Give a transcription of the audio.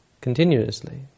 continuously